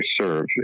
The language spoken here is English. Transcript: serve